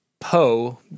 Poe